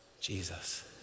Jesus